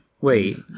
Wait